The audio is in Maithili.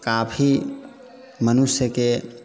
काफी मनुष्यके